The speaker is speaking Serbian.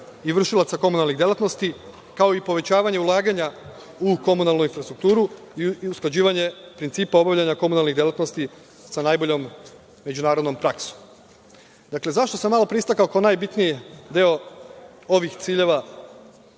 i vršilaca komunalne delatnosti, kao i povećavanje ulaganja u komunalnu infrastrukturu i usklađivanje principa obavljanja komunalnih delatnosti sa najboljom međunarodnom praksom. Dakle, zašto sam malopre istakao kao najbitniji deo ovih ciljeva